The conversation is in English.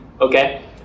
Okay